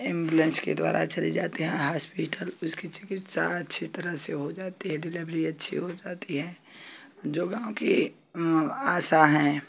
ambulance के द्वारा चले जाते हैं हास्पिटल उसकी चिकित्सा अच्छी तरह से हो जाती है डेलीवेरी अच्छे हो जाती है जो भी उनकी आशा हैं